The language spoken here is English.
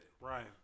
Right